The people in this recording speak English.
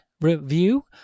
Review